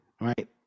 right